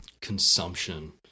consumption